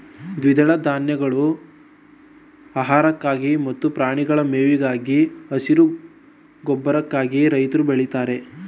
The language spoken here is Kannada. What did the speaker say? ದ್ವಿದಳ ಧಾನ್ಯಗಳು ಆಹಾರಕ್ಕಾಗಿ ಮತ್ತು ಪ್ರಾಣಿಗಳ ಮೇವಿಗಾಗಿ, ಹಸಿರು ಗೊಬ್ಬರಕ್ಕಾಗಿ ರೈತ್ರು ಬೆಳಿತಾರೆ